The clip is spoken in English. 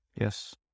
Yes